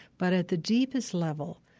but at the deepest level,